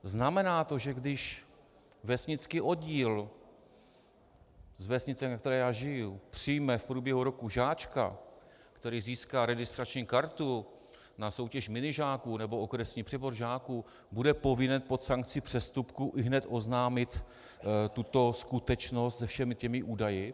Znamená to, že když vesnický oddíl z vesnice, ve které já žiju, přijme v průběhu roku žáčka, který získá registrační kartu na soutěž minižáků nebo okresní přebor žáků, bude povinen pod sankcí přestupku ihned oznámit tuto skutečnost se všemi těmi údaji?